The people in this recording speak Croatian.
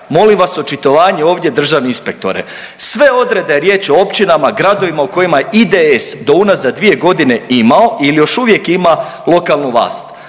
Molim vas očitovanje ovdje državni inspektore. Sve odreda je riječ o općinama i gradovima u kojima je IDS do unazad 2.g. imao ili još uvijek ima lokalnu vlast,